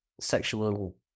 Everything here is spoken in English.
sexual